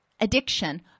addiction